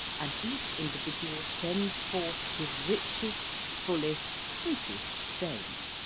and each individual sends forth his richest, fullest, sweetest strain.